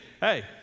Hey